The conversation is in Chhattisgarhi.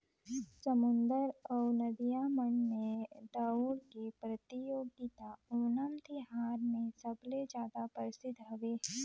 समुद्दर अउ नदिया मन में दउड़ के परतियोगिता ओनम तिहार मे सबले जादा परसिद्ध हवे